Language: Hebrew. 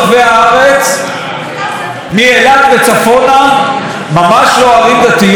ממש לא ערים דתיות, פתיחה של בתי מרכול בשבת.